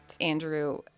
Andrew